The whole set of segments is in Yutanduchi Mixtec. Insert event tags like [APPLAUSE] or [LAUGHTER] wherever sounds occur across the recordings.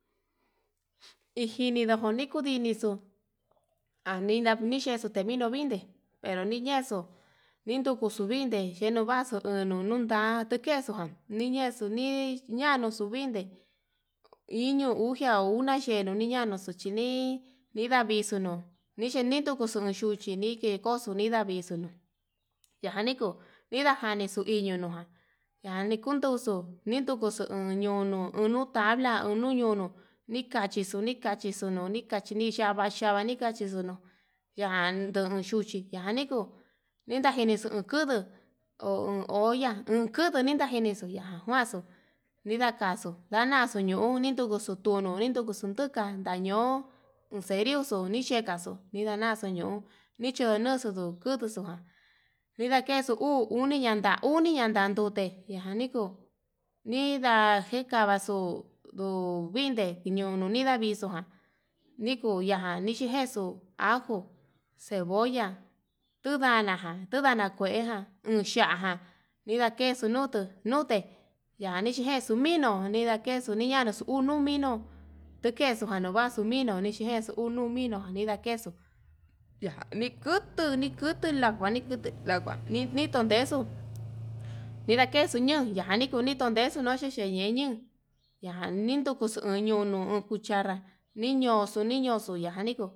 [NOISE] Ijini nuku ndinixu anida nii xhechu tuniduu ndinde pero niñexu vinduku xuu vinde xhe'e nuvaxuu iin nu nunun ta'a kexuu uu nuu nunda'a tukexu niñexu ni'i, ñanuxu vinde [HESITATION] inio uxia uxia xhee uniniyano xuxhinii nindavixunu ndiku ndevixhu nixinixu kuxhuu vixhu uchini ke koxo nidavixno yajaniko nindatanixo nikoñonojan yani nikuu xo'o, nindukuxo onñono uun nduu ndavii la unu ñunuu nikachixo nikachixo ndonikaxhi nichava, xhava nikaxi xhunuu yanduu xuxhi yan nikuu ninandinixu kuduu hu olla unkuduni nixankedexo, yajan kuanxu nidakaxu ndana'a naxuu yuni kuuxu tunu nikuxutu tukanda ño'o enserio xo nixhekaxó, nidañaxo ño'o nixhiñaxu nuu kundo'o xua nindakexuu nuu uniyanda uni yanda'a yandute yanii kuu nida kejavaxu yuu vinde yudu nidavixo njuan nikuyani njexu ajo cebolla tudanajan tundana takuejan nuxhiján nidakexuu nutuu, nute yani xhijexuu mi'í nino nidakexu nute yani xhinjexu xuu minu nidakexu ni'i ñanux uno mino'o, ndukexo yanuvaxu nino xhikexu uu no mino ndakexu yani kuu nduni kutu lakuani nduku lakua nitundexu nidakexu ñun ndani kunii nitondexu yanii xhiñe'e ña'a nindukuxu ñuu nuu cuchara niñoxo niño yanio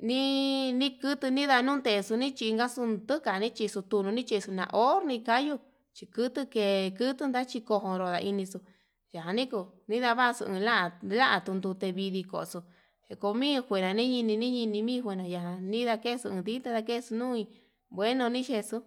nii kutu nidadunde ndaxun nichingaxu nukan, nichixu tuu nichixo na ho ni kayu chí kutu ke kutu nachini konró, ndua inixu yanii kuu nidavaxu ni la'a la tundute vidii koxo komi njuera mi'i nini mijunya mii ndakexu ndita ndakexuu nuu ngueno nikexu.